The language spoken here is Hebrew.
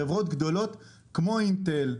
חברות גדולות כמו אינטל,